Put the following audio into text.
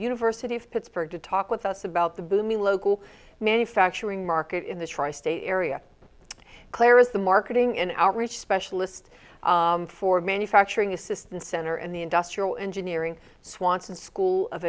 university of pittsburgh to talk with us about the booming local manufacturing market in the tri state area clare is the marketing and outreach specialist for manufacturing assistance center and the industrial engineering swanson school of